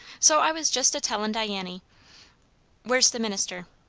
so i was jest a tellin' diany where's the minister?